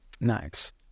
Nice